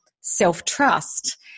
self-trust